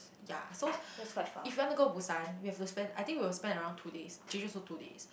ya so if you want to go Busan we have to spend I think we will spend around two days Jeju also two days